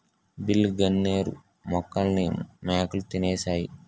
బిళ్ళ గన్నేరు మొక్కల్ని మేకలు తినేశాయి